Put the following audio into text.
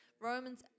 Romans